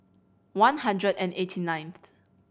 one hundred and eighty nineth